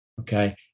okay